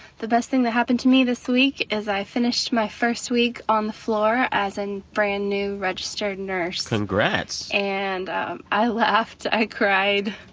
the best thing that happened to me this week is i finished my first week on the floor as a brand new registered nurse congrats and um i laughed. i cried.